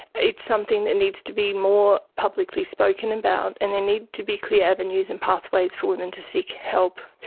it's something that needs to be more publicly spoken about and there need to be clear avenues and pathways for women to seek help.